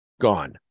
gone